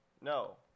No